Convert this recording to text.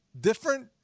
different